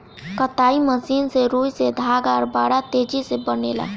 कताई मशीन से रुई से धागा बड़ा तेजी से बनेला